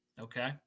Okay